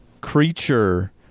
creature